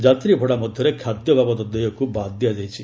ଯାତ୍ରୀ ଭଡ଼ା ମଧ୍ୟରେ ଖାଦ୍ୟ ବାବଦ ଦେୟକୁ ବାଦ ଦିଆଯାଇଛି